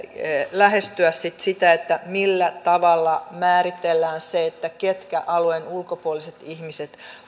lähestyä sitten sitä millä tavalla määritellään se ketkä alueen ulkopuoliset ihmiset